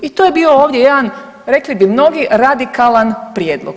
I to je bio ovdje jedan rekli bi mnogi radikalan prijedlog.